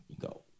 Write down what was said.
go